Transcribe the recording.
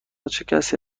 کسی